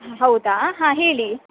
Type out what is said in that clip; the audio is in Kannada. ಹೌದ ಹಾಂ ಹೇಳಿ